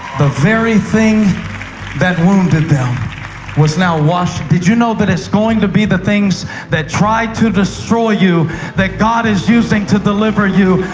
the very thing that wounded them was now washing. did you know it's going to be the things that try to destroy you that god is using to deliver you?